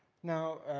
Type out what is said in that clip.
now,